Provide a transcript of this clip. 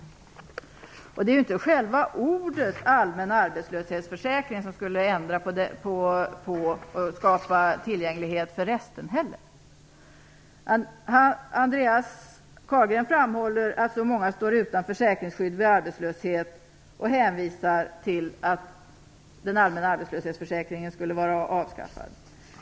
Det är inte heller själva beteckningen "allmän arbetslöshetsförsäkring" som skulle skapa tillgänglighet för de resterande. Andreas Carlgren framhåller att många står utan försäkringsskydd vid arbetslöshet och hänvisar till att den allmänna arbetslöshetsförsäkringen är avskaffad.